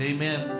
Amen